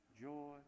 joy